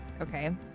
okay